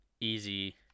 easy